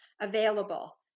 available